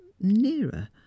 nearer